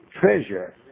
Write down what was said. treasure